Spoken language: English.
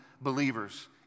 believers